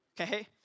okay